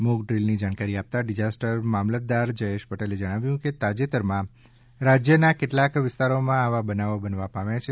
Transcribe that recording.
mock drill જાણકારી આપતા disaster મામલતદાર જયેશ પટેલે જણાવ્યુ હતુ કે તાજેતરમા રાજ્યના કેટલાક વિસ્તારોમા આવા બનાવો બનવા પામ્યા છે